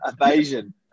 evasion